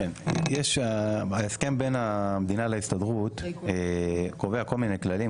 הסכם בין המדינה להסתדרות קובע כל מיני כללים,